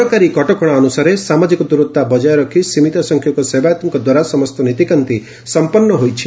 ସରକାରୀ କଟକଣା ଅନୁସାରେ ସାମାଜିକ ଦୂରତା ବକାୟ ରଖି ସୀମିତ ସଂଖ୍ୟକ ସେବାୟତଙ୍କ ଦ୍ୱାରା ସମସ୍ତ ନୀତିକାନ୍ତି ସମ୍ମନ୍ନ ହୋଇଛି